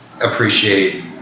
appreciate